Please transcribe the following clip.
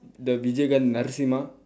the vijayakanth narasimha